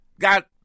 got